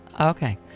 Okay